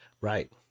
Right